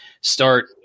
start